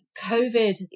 COVID